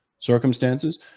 circumstances